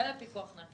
ולפיקוח נפש.